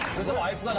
his wife.